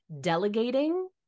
Delegating